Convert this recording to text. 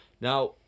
Now